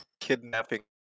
kidnapping